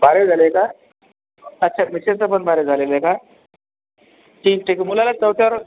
बारावी झालं आहे का अच्छा मिसेसचं पण बारावी झालेलं आहे का ठीक ठीक मुलाला चौथ्या वर्गा